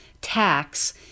tax